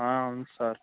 అవును సార్